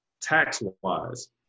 tax-wise